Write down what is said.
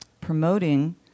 promoting